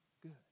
good